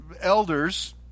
elders